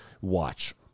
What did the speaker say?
watch